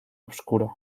obscuro